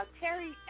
Terry